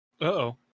Uh-oh